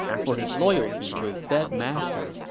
for his loyalty to his dead master,